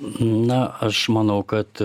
na aš manau kad